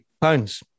pounds